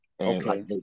Okay